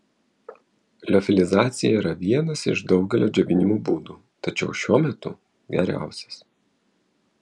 liofilizacija yra vienas iš daugelio džiovinimo būdų tačiau šiuo metu geriausias